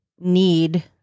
need